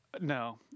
No